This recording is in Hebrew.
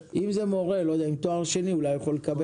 אם זה מורה עם תואר שני הוא אולי יכול לקבל